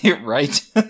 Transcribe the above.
Right